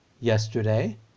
yesterday